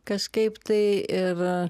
kažkaip tai ir